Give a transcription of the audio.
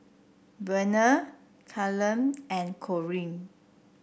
Vernon Callum and Corrie